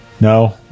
No